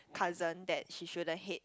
cousin that she shouldn't hate